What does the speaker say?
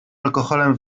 alkoholem